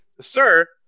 Sir